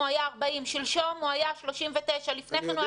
הוא היה 40. שלשום הוא היה 39. אני יודע